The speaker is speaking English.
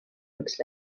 looks